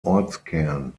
ortskern